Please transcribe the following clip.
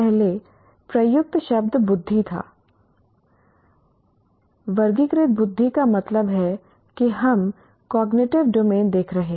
पहले प्रयुक्त शब्द बुद्धि था वर्गीकृत बुद्धि का मतलब है कि हम कॉग्निटिव डोमेन देख रहे हैं